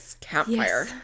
campfire